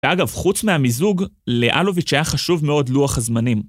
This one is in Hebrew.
ואגב, חוץ מהמיזוג, לאלוביץ' היה חשוב מאוד לוח הזמנים.